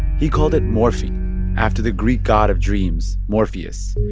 he called it morphine after the greek god of dreams, morpheus.